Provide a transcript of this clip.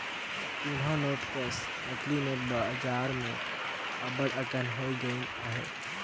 जुनहा नोट कस नकली नोट बजार में अब्बड़ अकन होए गइन अहें